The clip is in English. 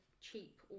cheap